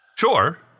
Sure